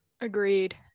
Agreed